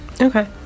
Okay